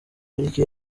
pariki